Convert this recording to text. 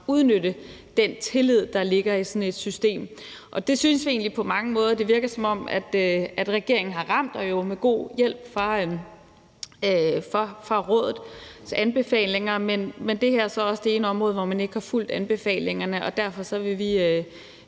udnytte den tillid, der ligger i sådan et system. Vi synes egentlig, at det på mange måder virker, som om regeringen har ramt det – med god hjælp fra rådets anbefalinger. Men det her er så også det ene område, hvor man ikke har fulgt anbefalingerne. Og derfor vil vi